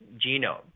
genome